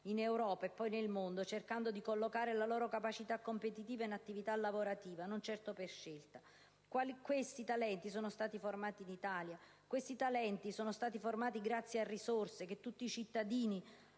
in Europa e se necessario nel mondo, cercando di collocare la loro capacità e la loro competenza in un'attività lavorativa (non certo per scelta)? Questi talenti sono stati formati in Italia; questi talenti sono stati formati grazie a risorse che tutti i cittadini